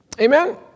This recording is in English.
Amen